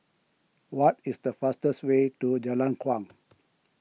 what is the fastest way to Jalan Kuang